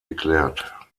geklärt